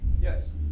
Yes